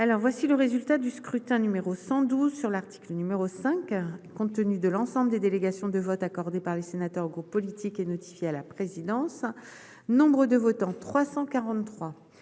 le scrutin, le résultat du scrutin numéro 100 sur l'article numéro 4, compte tenu de l'ensemble des délégations de vote accordé par les sénateurs Hugot politique et notifié à la présidence, nombre de votants 343